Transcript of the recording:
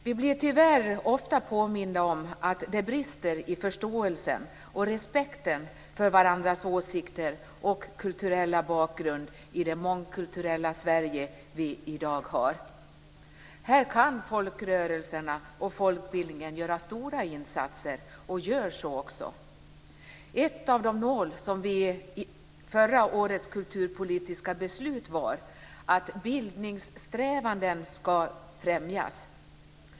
Vi blir tyvärr ofta påminda om att det brister i förståelsen och respekten för varandras åsikter och kulturella bakgrund i det mångkulturella Sverige som vi har i dag. Här kan folkrörelserna och folkbildningen göra stora insatser, och gör så också. Ett av målen i förra årets kulturpolitiska beslut var att bildningssträvanden skall främjas.